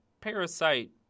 parasite